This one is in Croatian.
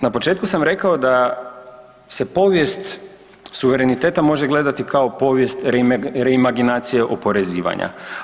Na početku sam rekao da se povijest suvereniteta može gledati kao povijest reimaginacije oporezivanja.